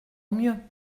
mieux